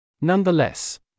Nonetheless